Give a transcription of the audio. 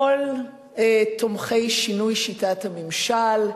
כל תומכי שינוי שיטת הממשל.